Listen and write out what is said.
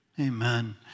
Amen